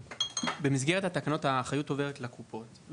במסגרת התקנות האחריות עוברת לקופות,